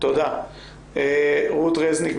לשכת עורכי הדין,